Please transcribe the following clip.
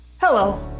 Hello